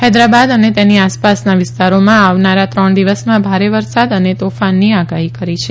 હૈદરાબાદ અને તેની આસપાસના વિસ્તારોમાં આવનારા ત્રણ દિવસમાં ભારે વરસાદ અને તોફાનની આગાહી કરી છે